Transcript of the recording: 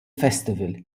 festival